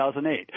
2008